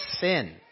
sin